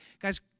Guys